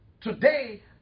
today